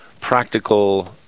practical